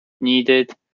needed